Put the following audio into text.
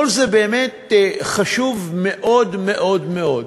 כל זה באמת חשוב מאוד מאוד מאוד.